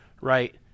right